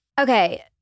Okay